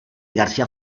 garcía